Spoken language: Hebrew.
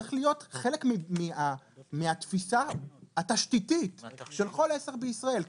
צריך להיות חלק מהתפיסה התשתיתית של כל עסק בישראל.